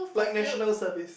like National Service